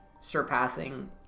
surpassing